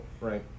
right